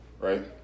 Right